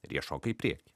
ir jie šoka į priekį